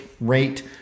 rate